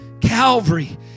Calvary